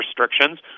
restrictions